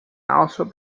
also